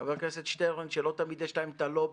חבר הכנסת שטרן, שלא תמיד יש שלהם את הלובי.